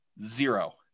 zero